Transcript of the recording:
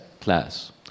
class